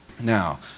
Now